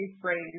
phrase